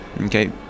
okay